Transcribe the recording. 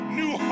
new